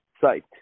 site